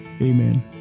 Amen